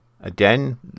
Again